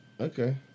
okay